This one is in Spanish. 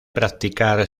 practicar